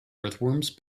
earthworms